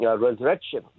resurrection